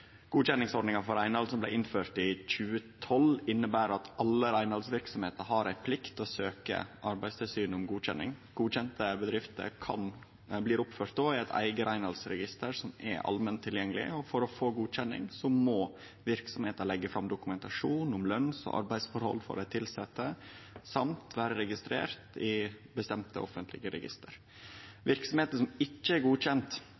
Godkjenningsordninga for reinhald som blei innført i 2012, går ut på at alle reinhaldsverksemder har ei plikt til å søkje Arbeidstilsynet om godkjenning. Godkjende bedrifter blir då oppførte i eit eige reinhaldsregister, som er allment tilgjengeleg. For å få godkjenning må verksemda leggje fram dokumentasjon om løns- og arbeidsforhold for dei tilsette samt vere registrert i bestemte offentlege register. Verksemder som ikkje er